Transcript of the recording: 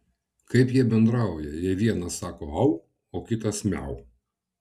kaip jie bendrauja jei vienas sako au o kitas miau